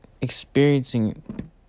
experiencing